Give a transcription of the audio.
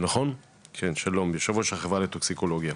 יו"ר החברה לטוקסיקולוגיה,